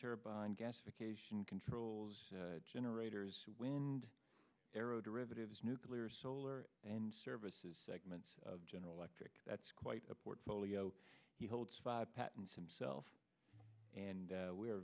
turbine gasification controls generators wind aero derivatives nuclear solar and services segments of general electric that's quite a portfolio he holds five patents himself and we're